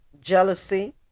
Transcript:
jealousy